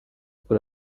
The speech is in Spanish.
por